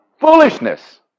Foolishness